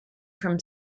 from